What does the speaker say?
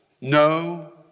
No